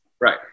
Right